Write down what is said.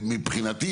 שמבחינתי